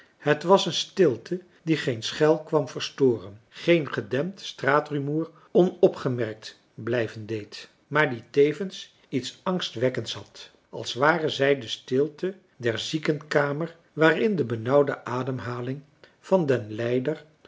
het was een stilte die geen schel kwam verstoren geen gedempt marcellus emants een drietal novellen straatrumoer onopgemerkt blijven deed maar die tevens iets angstwekkends had als ware zij de stilte der ziekenkamer waarin de benauwde ademhaling van den lijder